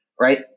Right